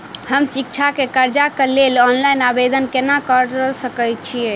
हम शिक्षा केँ कर्जा केँ लेल ऑनलाइन आवेदन केना करऽ सकल छीयै?